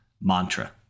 mantra